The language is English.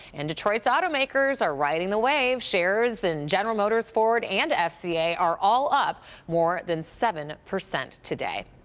and detroit's automakers are riding the wave. shares in general motors, ford and f c a. are all up more than seven percent today.